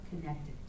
connected